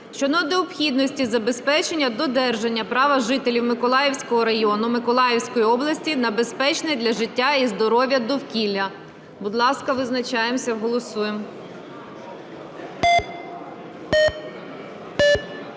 щодо необхідності забезпечення додержання права жителів Миколаївського району Миколаївської області на безпечне для життя і здоров'я довкілля. Будь ласка, визначаємося, голосуємо.